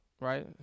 right